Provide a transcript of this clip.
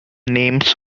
names